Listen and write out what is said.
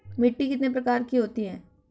मिट्टी कितने प्रकार की होती हैं?